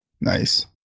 nice